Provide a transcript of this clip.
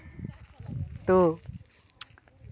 ᱛᱚ